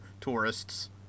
tourists